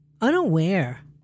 unaware